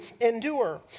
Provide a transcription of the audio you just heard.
endure